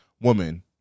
woman